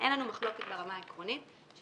אז